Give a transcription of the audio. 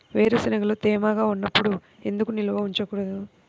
వేరుశనగలు తేమగా ఉన్నప్పుడు ఎందుకు నిల్వ ఉంచకూడదు?